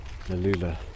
Lalula